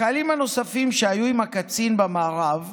החיילים הנוספים שהיו עם הקצין במארב,